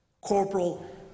Corporal